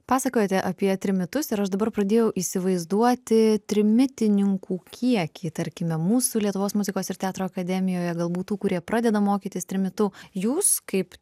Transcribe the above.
pasakojote apie trimitus ir aš dabar pradėjau įsivaizduoti trimitininkų kiekį tarkime mūsų lietuvos muzikos ir teatro akademijoje galbūt tų kurie pradeda mokytis trimitu jūs kaip